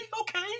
Okay